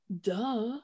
duh